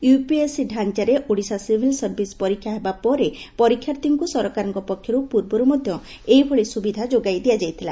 UPSC ତାଞାରେ Odisha civil service ପରୀକ୍ଷା ହେବା ପରେ ପରୀକ୍ଷାର୍ଥୀଙ୍କୁ ସରକାରଙ୍କ ପକ୍ଷରୁ ପୂର୍ବରୁ ମଧ୍ଧ ଏଭଳି ସୁବିଧା ଯୋଗାଇ ଦିଆଯାଇଥିଲା